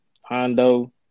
Hondo